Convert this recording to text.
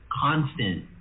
Constant